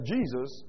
Jesus